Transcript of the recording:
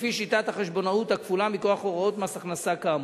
לפי שיטת החשבונאות הכפולה מכוח הוראות מס הכנסה כאמור.